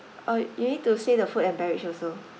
oh you need to say the food and beverage also